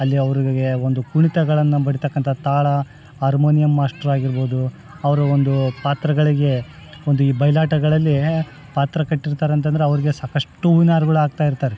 ಅಲ್ಲಿ ಅವರಿಗೆ ಒಂದು ಕುಣಿತಗಳನ್ನು ಬಡಿತಕ್ಕಂಥ ತಾಳ ಆರ್ಮೋನಿಯಂ ಮಾಸ್ಟರ್ ಆಗಿರಬೌದು ಅವರು ಒಂದು ಪಾತ್ರಗಳಿಗೆ ಒಂದು ಈ ಬಯಲಾಟಗಳಲ್ಲಿ ಪಾತ್ರ ಕಟ್ಟಿರ್ತಾರಂತಂದ್ರೆ ಅವರಿಗೆ ಸಾಕಷ್ಟು ಹೂವಿನಾರಗಳು ಹಾಕ್ತಾಯಿರ್ತಾರೆ